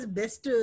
best